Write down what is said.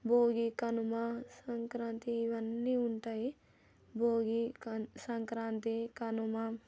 భోగి కనుమ సంక్రాంతి ఇవన్నీ ఉంటాయి భోగి సంక్రాంతి కనుమ